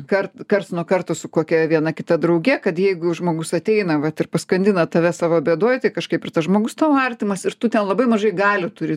kart karts nuo karto su kokia viena kita drauge kad jeigu žmogus ateina vat ir paskandina tave savo bėdoj tai kažkaip ir tas žmogus tau artimas ir tu ten labai mažai galių turi